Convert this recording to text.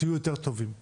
תהיו יותר טובים.